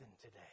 today